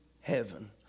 heaven